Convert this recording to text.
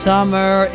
Summer